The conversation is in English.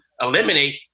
eliminate